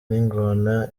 n’ingona